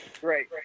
Great